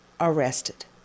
arrested